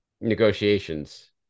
negotiations